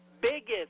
Biggest